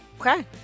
Okay